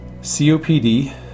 COPD